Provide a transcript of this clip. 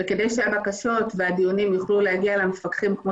וכדי שהבקשות והדיונים יוכלו להגיע למפקחים כמו